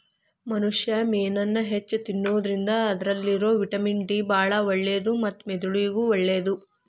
ಮನುಷ್ಯಾ ಮೇನನ್ನ ಹೆಚ್ಚ್ ತಿನ್ನೋದ್ರಿಂದ ಅದ್ರಲ್ಲಿರೋ ವಿಟಮಿನ್ ಡಿ ಬಾಳ ಒಳ್ಳೇದು ಮತ್ತ ಮೆದುಳಿಗೂ ಒಳ್ಳೇದು